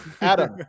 Adam